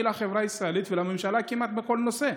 לחברה הישראלית ולממשלה כמעט בכל נושא.